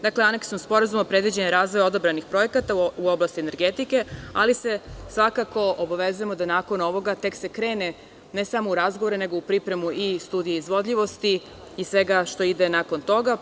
Dakle, aneksom sporazuma je predviđen razvoj odabranih projekata u oblasti energetike, ali se svakako obavezujemo da se nakon ovoga tek krene, ne samo u razgovore nego u pripremu i studije izvodljivosti i svega što ide nakon toga.